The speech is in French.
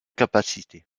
capacité